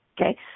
Okay